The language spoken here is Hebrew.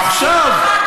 להזכיר לך?